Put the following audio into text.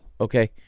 okay